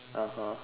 (uh huh)